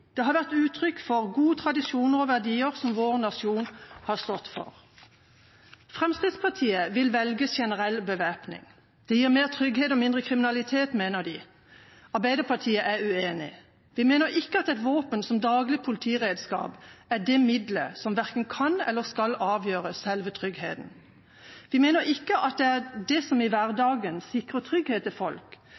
Det har vært utrykk for gode tradisjoner og verdier som vår nasjon har stått for. Fremskrittspartiet vil velge generell bevæpning. Det gir mer trygghet og mindre kriminalitet, mener de. Arbeiderpartiet er uenig. Vi mener ikke at et våpen som daglig politiredskap er det middelet som verken kan eller skal avgjøre selve tryggheten. Vi mener ikke at det er det som i hverdagen sikrer trygghet for folk,